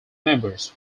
members